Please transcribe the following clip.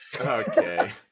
okay